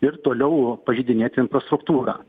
ir toliau pažeidinėt infrastruktūrą